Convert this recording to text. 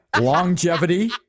Longevity